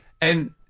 And-